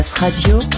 Radio